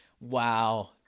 wow